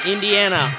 Indiana